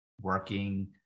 working